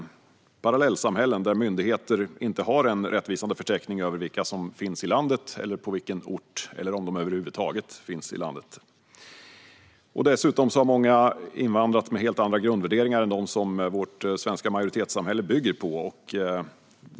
Det är parallellsamhällen där myndigheter inte har en rättvisande förteckning över vilka som finns i landet, på vilken ort de finns eller om de över huvud taget finns i landet. Dessutom har många invandrat med helt andra grundvärderingar än dem som vårt svenska majoritetssamhälle bygger på.